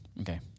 okay